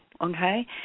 okay